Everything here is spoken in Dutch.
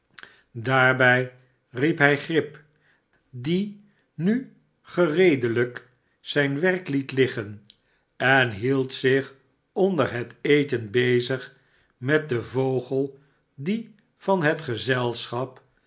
daarbij riep hii grip die nu gereedelijk zijn werk liet liggen en hield zich onder het eten bezig met den vogel die van het gezelschap